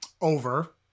Over